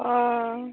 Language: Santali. ᱚᱻ